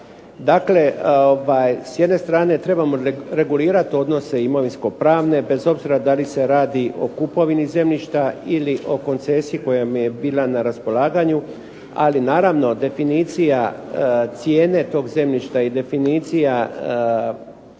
Dakle, s jedne strane trebamo regulirati odnosno imovinskopravne bez obzira da li se radi o kupovini zemljišta ili o koncesiji koja im je bila na raspolaganju, ali naravno definicija cijene tog zemljišta i definicija naknade